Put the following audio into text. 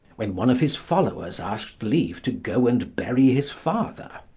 when one of his followers asked leave to go and bury his father,